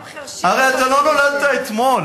אתם חירשים, הרי אתה לא נולדת אתמול.